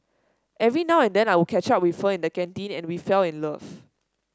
every now and then I would catch up with her in the canteen and we fell in love